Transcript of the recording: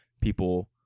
People